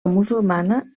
musulmana